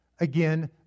again